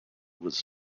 was